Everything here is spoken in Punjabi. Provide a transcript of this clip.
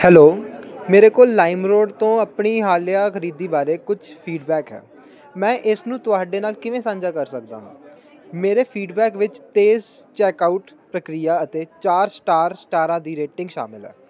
ਹੈਲੋ ਮੇਰੇ ਕੋਲ ਲਾਈਮਰੋਡ ਤੋਂ ਆਪਣੀ ਹਾਲੀਆ ਖਰੀਦੀ ਬਾਰੇ ਕੁਛ ਫੀਡਬੈਕ ਹੈ ਮੈਂ ਇਸ ਨੂੰ ਤੁਹਾਡੇ ਨਾਲ ਕਿਵੇਂ ਸਾਂਝਾ ਕਰ ਸਕਦਾ ਹਾਂ ਮੇਰੇ ਫੀਡਬੈਕ ਵਿੱਚ ਤੇਜ਼ ਚੈੱਕਆਊਟ ਪ੍ਰਕਿਰਿਆ ਅਤੇ ਚਾਰ ਸਟਾਰ ਸਟਾਰਾਂ ਦੀ ਰੇਟਿੰਗ ਸ਼ਾਮਲ ਹੈ